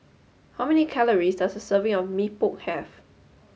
how many calories does a serving of Mee Pok have